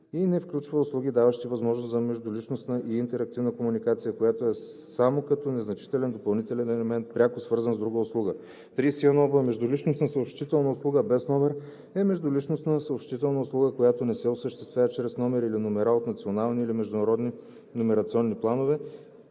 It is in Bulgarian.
и не включва услуги, даващи възможност за междуличностна и интерактивна комуникация, която е само като незначителен допълнителен елемент, пряко свързан с друга услуга. 31б. „Междуличностна съобщителна услуга без номер“ е междуличностна съобщителна услуга, която не се осъществява чрез номер или номера от национални или международни номерационни планове